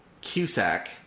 Cusack